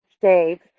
Dave